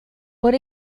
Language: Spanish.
por